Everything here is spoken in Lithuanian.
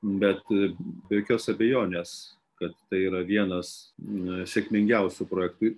bet be jokios abejonės kad tai yra vienas sėkmingiausių projektų